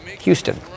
Houston